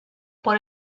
por